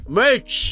merch